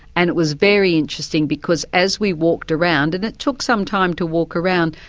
and it was very interesting because as we walked around, and it took some time to walk around,